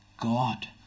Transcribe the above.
God